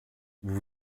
vous